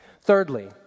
Thirdly